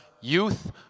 youth